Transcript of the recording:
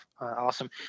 awesome